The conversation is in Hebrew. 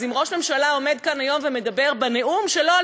אז אם ראש ממשלה עומד כאן היום ומדבר בנאום שלו על